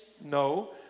No